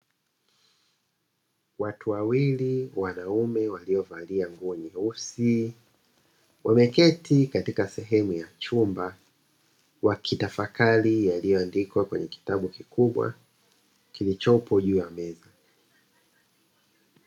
Watu wawili wanaume waliovalia nguo nyeusi wameketi katika sehemu ya chumba wakitafakari yaliyoandikwa kwenye kitabu kikubwa kilichopo juu ya meza.